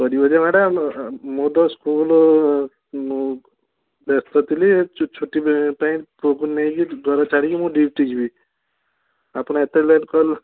କରିବ ଯେ ମ୍ୟାଡ଼ାମ୍ ମୁଁ ତ ସ୍କୁଲ୍ ମୁଁ ବ୍ୟସ୍ତ ଥିଲି ଛୁଟି ପାଇଁ ପାଇଁ ପୁଅକୁ ନେଇକି ଘରେ ଛାଡ଼ିକି ମୁଁ ଡ୍ୟୁଟି ଯିବି ଆପଣ ଏତେ ଲେଟ୍ କଲେ